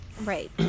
right